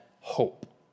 hope